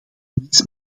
niets